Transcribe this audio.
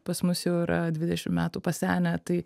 pas mus jau yra dvidešim metų pasenę tai